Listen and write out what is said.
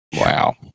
Wow